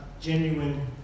genuine